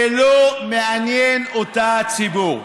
ולא מעניין אותה הציבור.